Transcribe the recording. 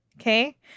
Okay